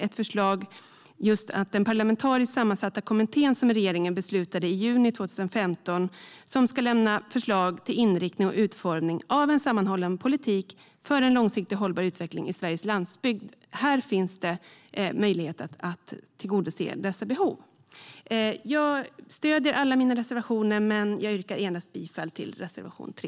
Ett förslag är att den parlamentariskt sammansatta kommitté som regeringen beslutade om i juni 2015 ska lämna förslag till inriktning och utformning av en sammanhållen politik för en långsiktigt hållbar utveckling i Sveriges landsbygder. Här finns det möjlighet att tillgodose dessa behov. Jag stöder alla mina reservationer, men jag yrkar bifall endast till reservation 3.